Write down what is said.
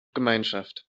gemeinschaft